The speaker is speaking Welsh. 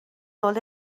nôl